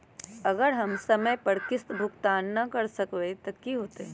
अगर हम समय पर किस्त भुकतान न कर सकवै त की होतै?